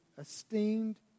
Esteemed